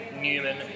Newman